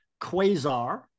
Quasar